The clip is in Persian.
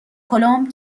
کلمب